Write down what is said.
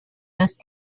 this